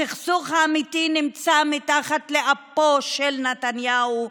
הסכסוך האמיתי נמצא מתחת לאפו של נתניהו,